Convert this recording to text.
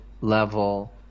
level